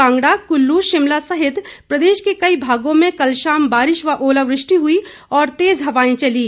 कांगड़ा कुल्लू शिमला सहित प्रदेश के कई भागों में कल शाम बारिश व ओलावृष्टि हुई और तेज़ हवाएं चलीं